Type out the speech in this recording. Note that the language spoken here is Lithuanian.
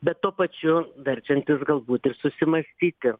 bet tuo pačiu verčiantis galbūt ir susimąstyti